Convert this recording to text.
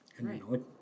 Right